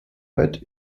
weit